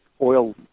oil